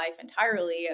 entirely